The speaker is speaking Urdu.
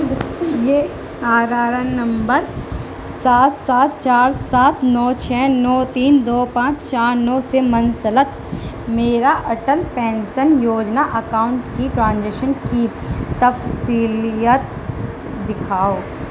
یہ آر آر این نمبر سات سات چار سات نو چھ نو تین دو پانچ چار نو سے منسلک میرا اٹل پینسن یوجنا اکاؤنٹ کی ٹرانزیکشن کی تفصیلات دکھاؤ